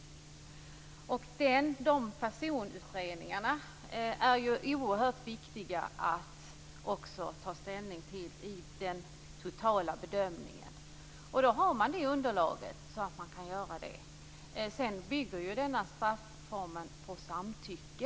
Personutredningarna är oerhört viktiga att ta ställning till i den totala bedömningen, och man har här underlag att göra det. Denna strafform bygger också på samtycke.